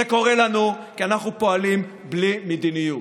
זה קורה לנו כי אנחנו פועלים בלי מדיניות.